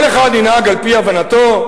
כל אחד ינהג על-פי הבנתו,